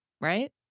Right